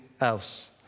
else